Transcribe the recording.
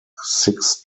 six